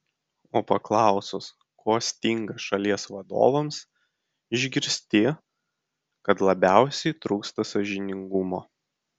o paklausus ko stinga šalies vadovams išgirsti kad labiausiai trūksta sąžiningumo